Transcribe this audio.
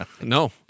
No